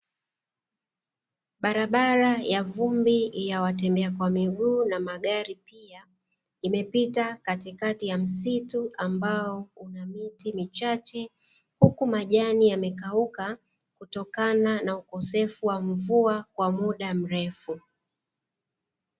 Barabara ya vumbi ya watembea kwa miguu na magari pia, imepita katikati ya msitu ambao unamiti michahe huku majani yamekauka kutokana na ukosefu wa mvua kwa muda mrefu.